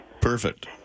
Perfect